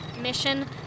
mission